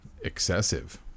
excessive